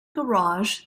garage